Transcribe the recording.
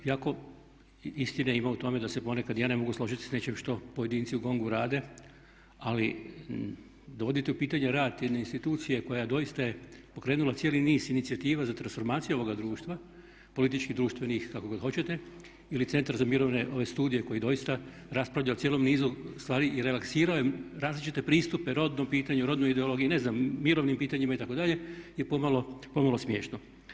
Iako istine ima u tome da se ponekad i ja ne mogu složiti sa nečim što pojedinci u GONG-u rade ali dovoditi u pitanje rad jedne institucije koja doista je pokrenula cijeli niz inicijativa za transformaciju ovoga društva, političkih, društvenih i kako god hoćete ili Centar za mirovne studije koji doista raspravljaju o cijelom nizu stvari i relaksirao je različite pristupe rodnom pitanju, rodnu ideologiju i ne znam mirovnim pitanjima itd. je pomalo smiješno.